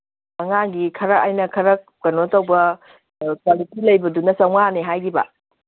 ꯑꯉꯥꯡꯒꯤ ꯈꯔ ꯑꯩꯅ ꯈꯔ ꯀꯩꯅꯣ ꯇꯧꯕ ꯀ꯭ꯋꯥꯂꯤꯇꯤ ꯂꯩꯕꯗꯨꯅ ꯆꯧꯉꯥꯅꯦ ꯍꯥꯏꯈꯤꯕ